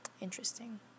interesting